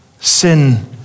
sin